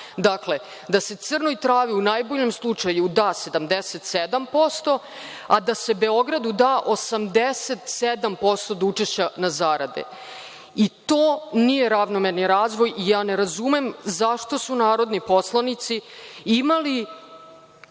Dakle, da se Crnoj Travi u najboljem slučaju da 77%, a da se Beogradu da 87% od učešća na zarade. To nije ravnomerni razvoj i ne razumem zašto su narodni poslanici imali